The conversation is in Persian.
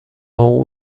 اون